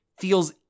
feels